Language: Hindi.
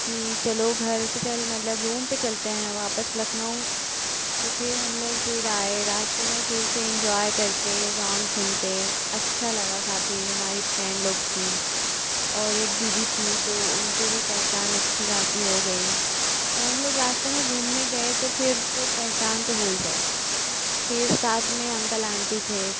कि चलो घर पे चल मतलब रूम पर चलते हैं वापस लखनऊ तो हम लोग फिर आए रास्ते में फिर से इन्जॉय करते सॉन्ग सुनते अच्छा लगा काफी हमारी फ्रेंड लोग थीं और एक दीदी थी तो उनसे भी पहचान अच्छी ख़ासी हो गई अब हम लोग रास्ते में घूमने गए तो फिर तो पहचान तो हो ही जाएगी फिर साथ में अंकल आंटी थे